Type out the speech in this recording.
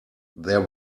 there